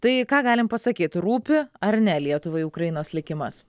tai ką galim pasakyt rūpi ar ne lietuvai ukrainos likimas